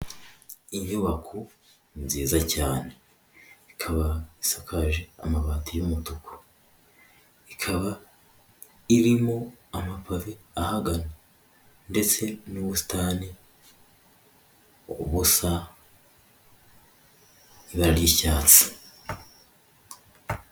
Inyubako nziza cyane, ikaba isakaje amabati y'umutuku, ikaba irimo amapave ahagana ndetse n'ubusitani busa ibara ry'icyatsi.